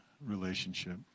relationship